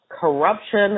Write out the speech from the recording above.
Corruption